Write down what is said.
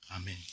Amen